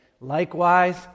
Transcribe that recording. likewise